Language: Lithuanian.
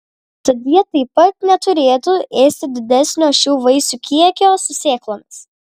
tad jie taip pat neturėtų ėsti didesnio šių vaisių kiekio su sėklomis